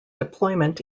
deployment